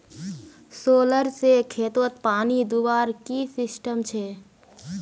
Solar से खेतोत पानी दुबार की सिस्टम छे?